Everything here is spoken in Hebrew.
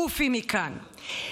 עופי מכאן.